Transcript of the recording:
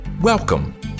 Welcome